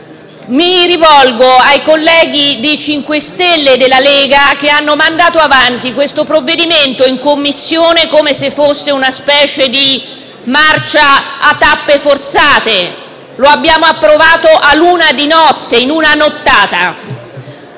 Mi rivolgo ai colleghi del MoVimento 5 Stelle e della Lega, che hanno mandato avanti questo provvedimento in Commissione in una sorta di marcia a tappe forzate: lo abbiamo approvato all'una di notte, in una nottata.